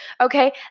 Okay